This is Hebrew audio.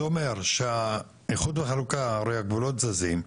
זה אומר שהאיחוד והחלוקה הרי הגבולות זזים,